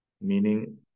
Meaning